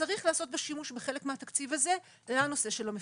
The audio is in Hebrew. צריך לעשות שימוש בחלק מהתקציב הזה לעניין נושא המפקחים.